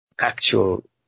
actual